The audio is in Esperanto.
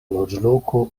loĝloko